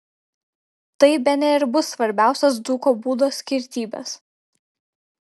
tai bene ir bus svarbiausios dzūko būdo skirtybės